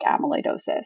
amyloidosis